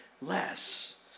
less